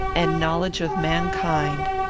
and knowledge of mankind,